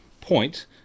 point